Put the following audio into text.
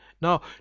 Now